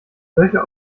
solche